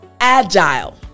Agile